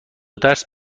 درس